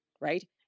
right